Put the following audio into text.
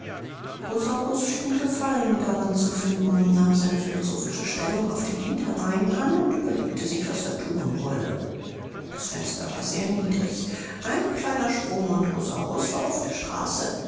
schien gefallen daran zu finden und nahm seine philosophische stellung auf den hinterbeinen an und überlegte sich was er thun wolle das fenster war sehr niedrig ein kleiner sprung und rosaurus war auf der straße